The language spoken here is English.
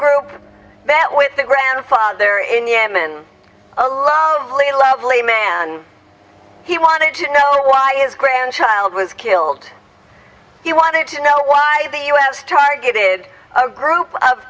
group met with their grandfather in yemen a lovely lovely man and he wanted to know why is grandchild was killed he wanted to know why the u s targeted a group of